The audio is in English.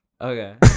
okay